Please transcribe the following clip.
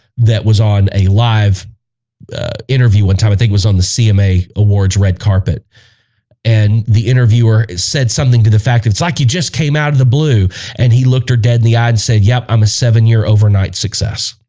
that was on a live interview one time i think was on the cma awards red carpet and the interviewer is said something to the fact it's like he just came out of the blue and he looked her dead the ad said. yep. i'm a seven year overnight success